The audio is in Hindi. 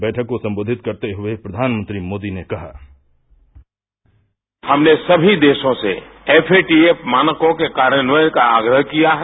बैठक को संबोधित करते हुए प्रवानमंत्री मोदी ने कहा हमने सभी देखों से एफएटीएफ मानको के कार्यान्ययन का आग्रह किया है